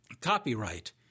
Copyright